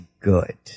good